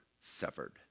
severed